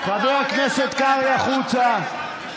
חבר הכנסת קרעי, החוצה.